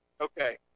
okay